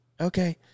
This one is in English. Okay